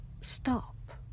stop